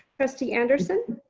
trustee anderson.